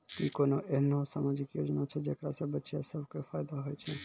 कि कोनो एहनो समाजिक योजना छै जेकरा से बचिया सभ के फायदा होय छै?